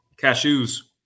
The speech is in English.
Cashews